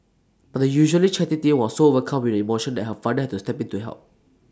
but the usually chatty teen was so overcome with emotion that her father had to step in to help